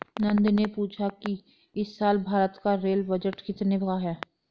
नंदनी ने पूछा कि इस साल भारत का रेल बजट कितने का है?